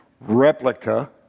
replica